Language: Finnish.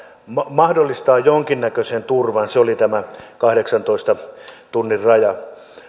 mahdollistaa jonkinnäköisen turvan se oli tämä kahdeksantoista tunnin raja